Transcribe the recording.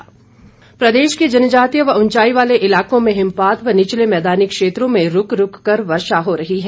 मौसम प्रदेश के जनजातीय व ऊंचाई वाले इलाकों में हिमपात व निचले मैदानी क्षेत्रों में रूक रूक कर वर्षा हो रही है